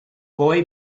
boy